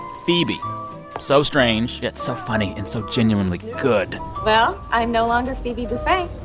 phoebe so strange, yet so funny and so genuinely good. well, i'm no longer phoebe buffay.